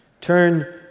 Turn